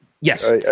Yes